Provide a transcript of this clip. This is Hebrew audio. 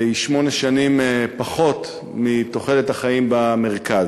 היא שמונה שנים פחות מתוחלת החיים במרכז.